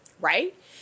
Right